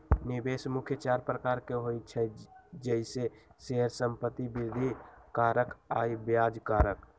निवेश मुख्य चार प्रकार के होइ छइ जइसे शेयर, संपत्ति, वृद्धि कारक आऽ ब्याज कारक